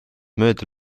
mööda